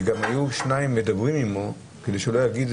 וגם היו שניים מדברים עימו כדי שמישהו לא יגיד